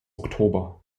oktober